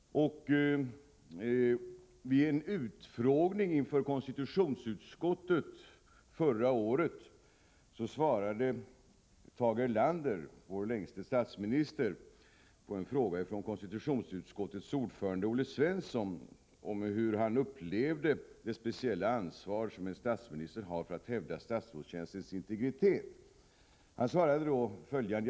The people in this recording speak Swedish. Vid en utfrågning inför konstitutionsutskottet förra året svarade Tage Erlander, vår ”längste” statsminister, på en fråga från konstitutionsutskottets ordförande Olle Svensson om hur han upplevde det speciella ansvar som en statsminister har för att hävda statsrådstjänstens integritet följande.